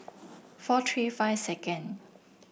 four three five second